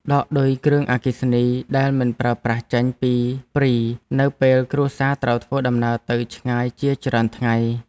ដកឌុយគ្រឿងអគ្គិភ័យដែលមិនប្រើប្រាស់ចេញពីព្រីនៅពេលគ្រួសារត្រូវធ្វើដំណើរទៅឆ្ងាយជាច្រើនថ្ងៃ។